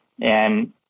And-